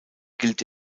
gilt